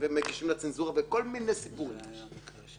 מה זאת העבירה הזאת?